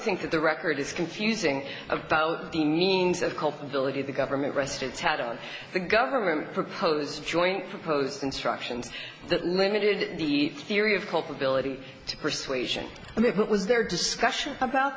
think that the record is confusing about the means of culpability the government rest its had on the government proposed joint proposed instructions that limited the theory of culpability to persuasion and it was their discussion about